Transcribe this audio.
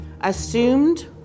assumed